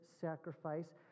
sacrifice